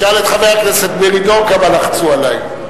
תשאל את חבר הכנסת מרידור כמה לחצו עלי.